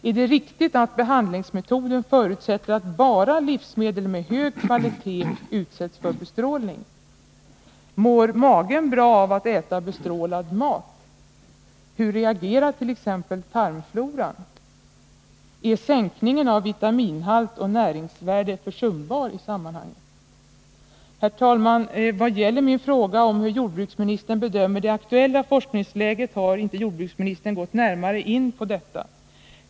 Är det riktigt att behandlingsmetoden förutsätter att bara livsmedel med hög kvalitet utsätts för bestrålning? Mår magen bra av att man äter bestrålad mat? Hur reagerar t.ex. tarmfloran? Är sänkningen av vitaminhalt och näringsvärde försumbar i sammanhanget? Herr talman! Vad gäller min fråga om hur jordbruksministern bedömer det aktuella forskningsläget har inte jordbruksministern gått närmare in på detta.